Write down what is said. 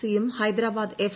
സിയും ഹൈദരാബാദ് എഫ്